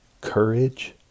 courage